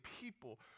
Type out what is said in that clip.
people